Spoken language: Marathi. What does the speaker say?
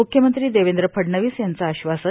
म्ख्यमंत्री देवेंद्र फडणवीस यांचं आश्वासन